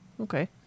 okay